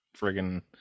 friggin